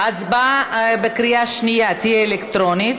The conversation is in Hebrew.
ההצבעה בקריאה שנייה תהיה אלקטרונית,